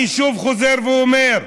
אני שוב, חוזר ואומר: